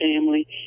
family